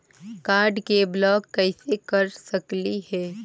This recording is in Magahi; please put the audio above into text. कार्ड के ब्लॉक कैसे कर सकली हे?